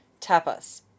tapas